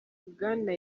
bwana